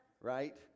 right